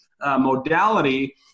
modality